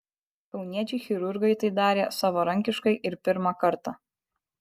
kauniečiai chirurgai tai darė savarankiškai ir pirmą kartą